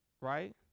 Right